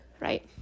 right